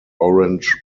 orange